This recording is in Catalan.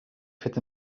fet